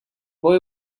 boy